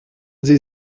sie